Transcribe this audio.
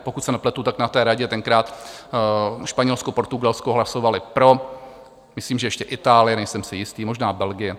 Pokud se nepletu, tak na té radě tenkrát Španělsko, Portugalsko hlasovaly pro, myslím, že ještě Itálie, nejsem si jistý, možná Belgie.